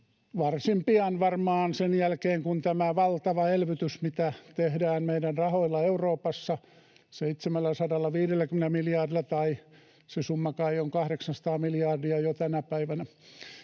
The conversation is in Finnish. varsin pian sen jälkeen kun tämä valtava elvytys, mitä tehdään meidän rahoilla Euroopassa 750 miljardilla — tai se summa kai on 800 miljardia jo tänä päivänä